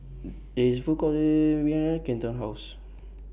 There IS Food Court Kenton's House